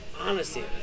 honesty